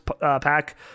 Pack